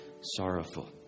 sorrowful